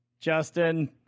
Justin